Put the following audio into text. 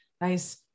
nice